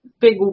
big